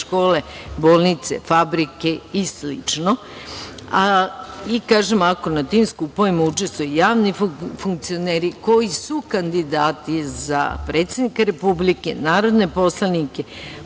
škole, bolnice, fabrike i slično. Dakle, ako na tim skupovima učestvuje i javni funkcioneri koji su kandidati za predsednika Republike, narodne poslanike,